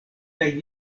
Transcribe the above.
kaj